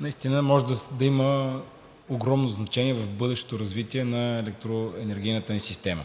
наистина може да има огромно значение в бъдещото развитие на електроенергийната ни система.